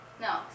No